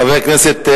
חבר הכנסת,